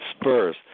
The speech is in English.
spurs